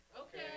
Okay